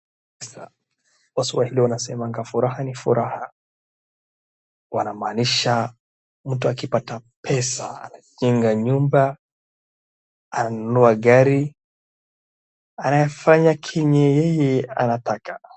Pesa, waswahili wanasemanga furaha ni furaha wanaamaanisha mtu akipata pesa anajenga nyumba, ananunua gari anafanya kenye yeye anataka.